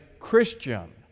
Christian